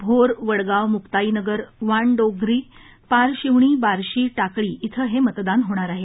भोर वडगाव मुक्ताई नगर वाणडोगंरी पारशिवणीबार्शी टाकळी इथं हे मतदान होणार आहे